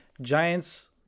Giants